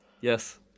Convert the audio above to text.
Yes